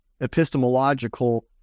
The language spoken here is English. epistemological